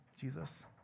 Jesus